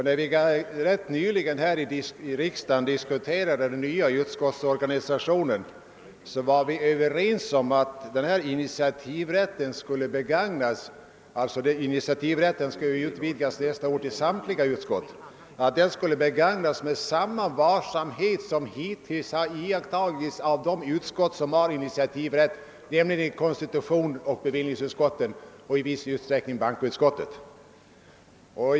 När vi rätt nyligen här i riksdagen diskuterade den nya utskottsorganisationen, var vi överens om att initiativrätten efter utvidgningen nästa år till samtliga utskott måste begagnas med samma varsamhet som hittills har iakttagits av de utskott som nu har initiativrätt, nämligen konstitutionsoch bevillningsutskotten och i viss utsträckning bankoutskottet.